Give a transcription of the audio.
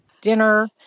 dinner